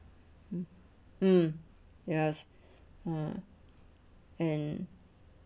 mm mm yes uh and